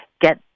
get